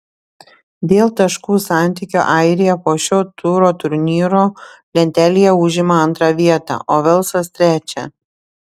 dėl taškų santykio airija po šio turo turnyro lentelėje užima antrą vietą o velsas trečią